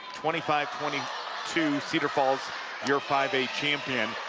twenty five twenty two, cedar falls you're five a champion.